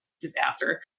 disaster